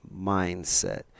mindset